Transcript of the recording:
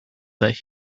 that